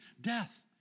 death